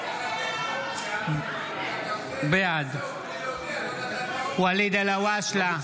בעד ואליד אלהואשלה,